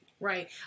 Right